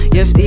Yes